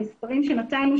המספרים שנתנו,